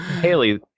Haley